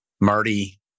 Marty